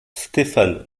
stéphane